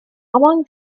among